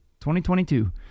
2022